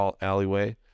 alleyway